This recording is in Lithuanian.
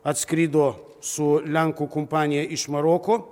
atskrido su lenkų kompanija iš maroko